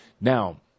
Now